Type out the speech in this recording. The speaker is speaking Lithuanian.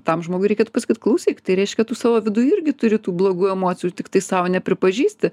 tam žmogui reikėtų pasakyt klausyk tai reiškia tu savo viduj irgi turi tų blogų emocijų tiktai sau nepripažįsti